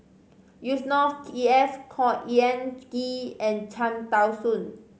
Yusnor Ef Khor Ean Ghee and Cham Tao Soon